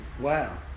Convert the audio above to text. Wow